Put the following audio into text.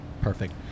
perfect